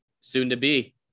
soon-to-be